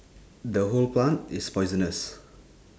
the whole plant is poisonous